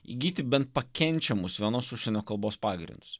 įgyti bent pakenčiamus vienos užsienio kalbos pagrindus